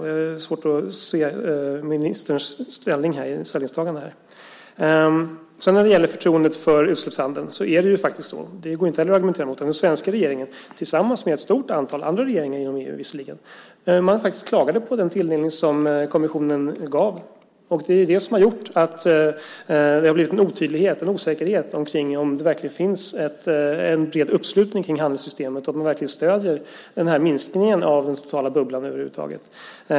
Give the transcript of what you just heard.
Det är svårt att se ministerns ställningstagande. När det gäller förtroendet för utsläppshandeln är det faktiskt så - det går inte att argumentera emot detta heller - att den svenska regeringen tillsammans med ett stort antal andra regeringar inom EU klagade på den tilldelning som kommissionen gjorde. Det är det som har gjort att det har blivit en otydlighet och en osäkerhet om det verkligen finns en bred uppslutning kring handelssystemet. Stöder man över huvud taget minskningen av den totala bubblan?